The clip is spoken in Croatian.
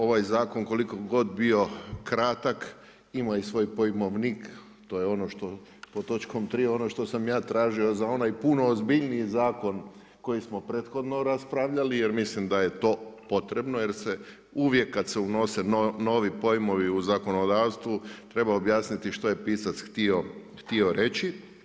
Ovaj zakon koliko god bio kratak ima i svoj pojmovnik, to je ono pod točkom 3. ono što sam ja tražio za onaj puno ozbiljniji zakon koji smo prethodno raspravljali jer mislim da je to potrebno jer se uvijek kada se unose novi pojmovi u zakonodavstvu treba objasniti što je pisac htio reći.